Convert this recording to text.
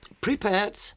prepared